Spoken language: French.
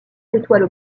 l’étoile